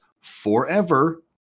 forever